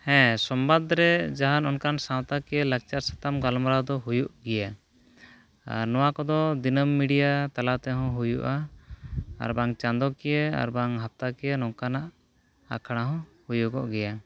ᱦᱮᱸ ᱥᱚᱢᱵᱟᱫᱽ ᱨᱮ ᱡᱟᱦᱟᱱ ᱚᱱᱠᱟᱱ ᱥᱟᱶᱛᱟ ᱠᱤᱭᱟᱹ ᱞᱟᱠᱪᱟᱨ ᱥᱟᱛᱟᱢ ᱜᱟᱞᱢᱟᱨᱟᱣ ᱫᱚ ᱦᱩᱭᱩᱜ ᱜᱮᱭᱟ ᱟᱨ ᱱᱚᱣᱟ ᱠᱚᱫᱚ ᱫᱤᱱᱟᱹᱢ ᱢᱤᱰᱤᱭᱟ ᱛᱟᱞᱟ ᱛᱮᱦᱚᱸ ᱦᱩᱭᱩᱜᱼᱟ ᱟᱨ ᱵᱟᱝ ᱪᱟᱸᱫᱚ ᱠᱤᱭᱟᱹ ᱟᱨ ᱵᱟᱝ ᱦᱟᱯᱛᱟ ᱠᱤᱭᱟᱹ ᱱᱚᱝᱠᱟᱱᱟᱜ ᱟᱠᱷᱲᱟ ᱦᱚᱸ ᱦᱩᱭᱩᱜᱚᱜ ᱜᱮᱭᱟ